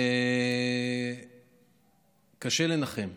קשה לנחם.